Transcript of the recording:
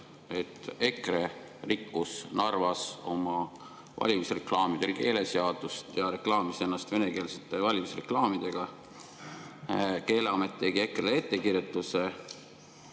et EKRE rikkus Narvas oma valimisreklaamidel keeleseadust ja reklaamis ennast venekeelsete valimisreklaamidega. Keeleamet tegi EKRE‑le ettekirjutuse,